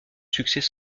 succès